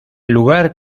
lugar